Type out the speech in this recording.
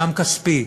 גם כספי,